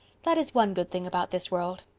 that is one good thing about this world.